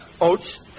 Oats